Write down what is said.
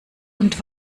und